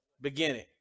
beginning